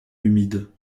humides